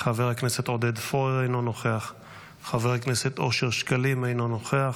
חבר הכנסת עודד פורר, אינו נוכח,